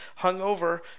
hungover